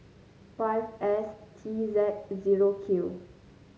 five S T Z zero Q